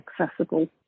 accessible